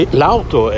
l'auto